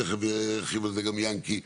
תכף ירחיב על זה גם יענקי.